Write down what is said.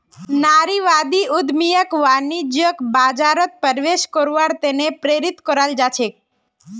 नारीवादी उद्यमियक वाणिज्यिक बाजारत प्रवेश करवार त न प्रेरित कराल जा छेक